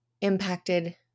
impacted